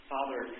Father